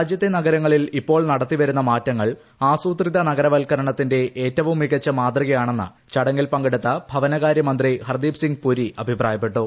രാജ്യത്തെ നഗരങ്ങളിൽ ഇപ്പോൾ നടത്തിവരുന്ന് മാറ്റങ്ങൾ ആസൂത്രിത നഗരവല്കരണത്തിന്റെ ഏറ്റപ്പുകൾ മികച്ച മാതൃകയാണെന്ന് ചടങ്ങിൽ പങ്കെടുത്ത ഭവന്കാർത്യമന്ത്രി ഹർദ്ദീപ് സിംഗ് പുരി അഭിപ്രായപ്പെട്ടു